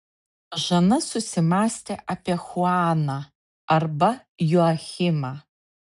žana susimąstė apie chuaną arba joachimą